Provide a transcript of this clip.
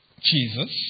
Jesus